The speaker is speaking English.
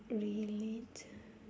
relate